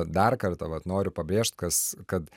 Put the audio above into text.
dar kartą vat noriu pabrėžt kas kad